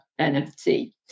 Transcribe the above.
NFT